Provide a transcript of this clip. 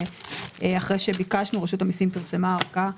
ואחרי שביקשנו רשות המיסים פרסמה הארכה,